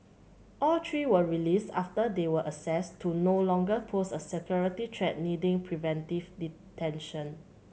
all three were released after they were assessed to no longer pose a security threat needing preventive detention